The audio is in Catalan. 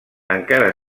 encara